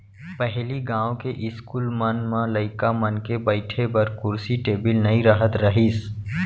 पहिली गॉंव के इस्कूल मन म लइका मन के बइठे बर कुरसी टेबिल नइ रहत रहिस